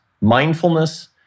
mindfulness